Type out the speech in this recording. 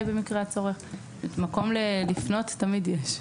מקום לפנות תמיד יש.